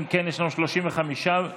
אם כן, יש לנו 35 בעד,